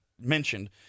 mentioned